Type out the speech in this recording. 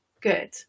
good